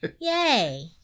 Yay